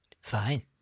Fine